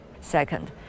Second